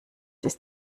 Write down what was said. ist